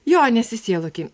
jo nesisielokim